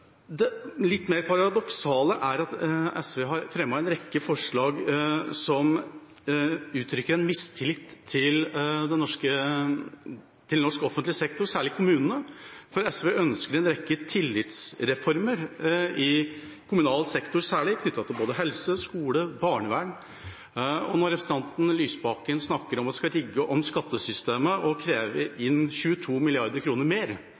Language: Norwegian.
Det litt mer paradoksale er at SV har fremmet en rekke forslag som uttrykker en mistillit til norsk offentlig sektor, særlig kommunene, for SV ønsker en rekke tillitsreformer, særlig i kommunal sektor, knyttet til både helse, skole og barnevern. Når Lysbakken snakker om at de skal rigge om skattesystemet og kreve inn 22 mrd. kr mer